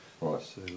Right